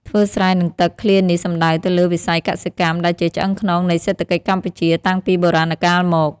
ធ្វើស្រែនឹងទឹក ឃ្លានេះសំដៅទៅលើវិស័យកសិកម្ម ដែលជាឆ្អឹងខ្នងនៃសេដ្ឋកិច្ចកម្ពុជាតាំងពីបុរាណកាលមក។